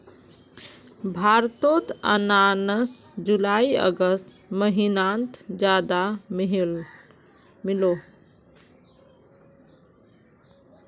भारतोत अनानास जुलाई अगस्त महिनात ज्यादा मिलोह